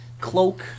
cloak